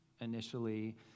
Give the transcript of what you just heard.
initially